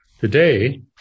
today